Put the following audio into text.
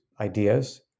ideas